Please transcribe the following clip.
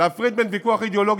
להפריד בין ויכוח אידיאולוגי,